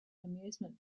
amusement